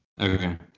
Okay